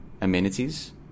amenities